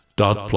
dot